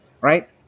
Right